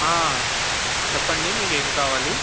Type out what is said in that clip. చెప్పండి మీకు ఏం కావాలి